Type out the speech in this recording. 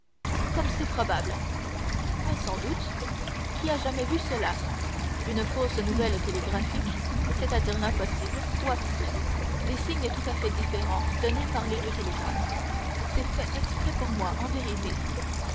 comme c'est probable mais sans doute qui a jamais vu cela une fausse nouvelle télégraphique c'est-à-dire l'impossible ou à peu près des signes tout à fait différents donnés par les deux télégraphes c'est fait exprès pour moi en vérité